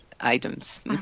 items